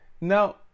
Now